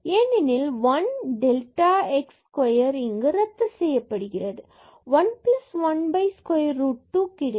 ஏனெனில் 1 delta x square இங்கு ரத்து செய்யப்பட்டு 1 1 square root 2 கிடைக்கும்